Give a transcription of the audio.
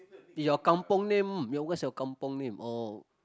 eh your kampung name what's your kampung name oh